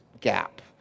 gap